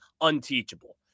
unteachable